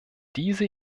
diese